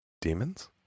demons